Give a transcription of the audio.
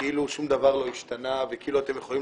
כאילו שום דבר לא השתנה וכאילו אתם יכולים